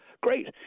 great